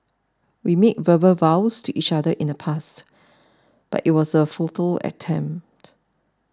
we made verbal vows to each other in the past but it was a futile attempt